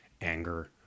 anger